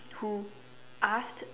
who asked